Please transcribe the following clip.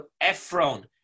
Ephron